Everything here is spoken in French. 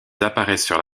apparaissent